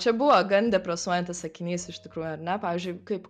čia buvo gan depresuojantis sakinys iš tikrųjų ar ne pavyzdžiui kaip